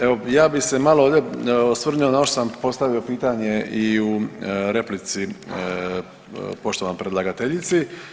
Evo ja bi se malo ovdje osvrnuo na ovo što sam postavio pitanje i u replici poštovanoj predlagateljici.